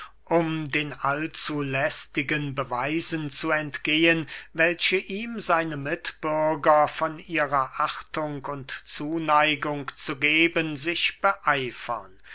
um den allzulästigen beweisen zu entgehen welche ihm seine mitbürger von ihrer achtung und zuneigung zu geben sich beeifern